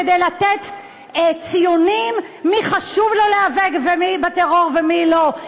כדי לתת ציונים מי חשוב לו להיאבק בטרור ומי לא.